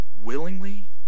willingly